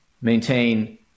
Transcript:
maintain